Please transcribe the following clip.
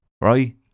Right